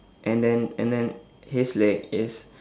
and then and then his leg is